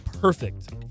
perfect